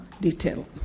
detail